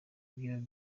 vyo